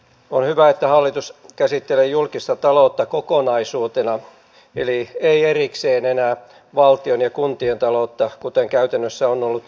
on hyvä että hallitus käsittelee julkista taloutta kokonaisuutena eli ei enää erikseen valtion ja kuntien taloutta kuten käytännössä on ollut aiemmin